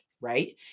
right